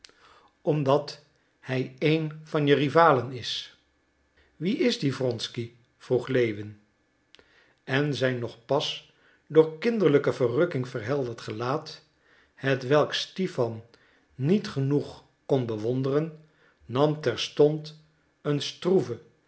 omdat hij een van je rivalen is wie is die wronsky vroeg lewin en zijn nog pas door kinderlijke verrukking verhelderd gelaat hetwelk stipan niet genoeg kon bewonderen nam terstond een stroeve